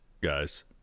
guys